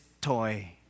toy